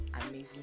amazing